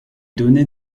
donnait